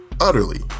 utterly